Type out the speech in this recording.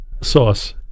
sauce